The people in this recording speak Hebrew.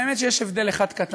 האמת היא שיש הבדל אחד קטן: